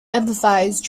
emphasised